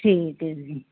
ਠੀਕ ਹੈ ਜੀ